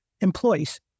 Employees